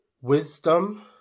wisdom